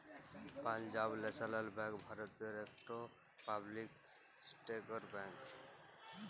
Punjab national bank ভারতের ইকট public sector bank